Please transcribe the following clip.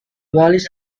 wallace